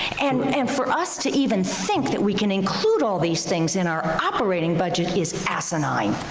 and and for us to even think that we can include all these things in our operating budget is asinine.